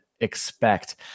expect